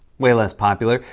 way less popular.